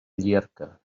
llierca